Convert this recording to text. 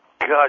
God